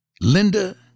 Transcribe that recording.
Linda